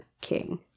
king